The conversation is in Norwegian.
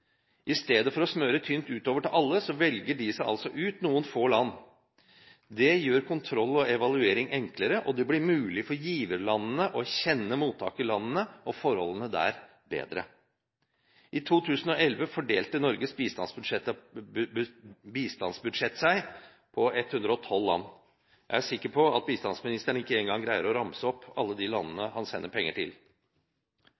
I stedet for å smøre tynt utover til alle, velger de seg ut noen få land. Det gjør kontroll og evaluering enklere, og det blir mulig for giverlandene å kjenne mottakerlandene og forholdene der bedre. I 2011 fordelte Norges bistandsbudsjett seg på 112 land. Jeg er sikker på at bistandsministeren ikke engang greier å ramse opp alle de landene